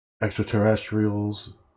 extraterrestrials